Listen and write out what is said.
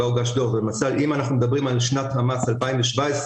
אם אנחנו מדברים על שנת המס 2017,